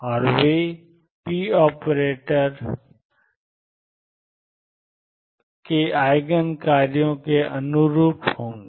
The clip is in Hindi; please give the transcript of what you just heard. और वे p ऑपरेटर के आइगन कार्यों के अनुरूप होंगे